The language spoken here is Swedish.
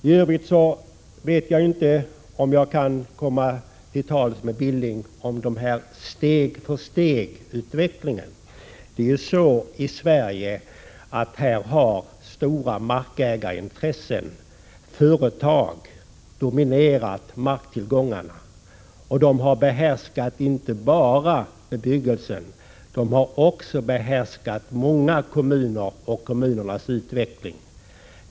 I övrigt vet jag inte om jag kan komma till tals med Knut Billing om den s.k. steg för steg-utvecklingen. I Sverige har de stora markägarintressena — företag — dominerat marktillgången. De har behärskat inte bara dessa tillgångar och byggandet utan också många kommuner och deras utveckling.